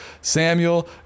Samuel